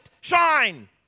shine